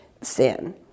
sin